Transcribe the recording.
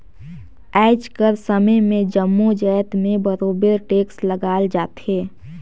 आएज कर समे में जम्मो जाएत में बरोबेर टेक्स लगाल जाथे